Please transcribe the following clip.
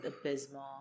abysmal